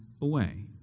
away